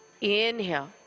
Inhale